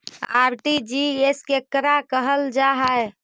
RTGS केकरा कहल जा है?